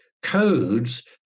codes